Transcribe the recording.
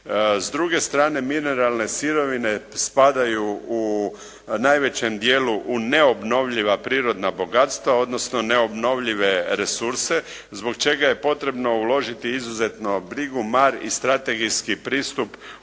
S druge strane, mineralne sirovine spadaju u najvećem dijelu u neobnovljiva prirodna bogatstva odnosno neobnovljive resurse zbog čega je potrebno uložiti izuzetno brigu, mar i strategijski pristup